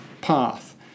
path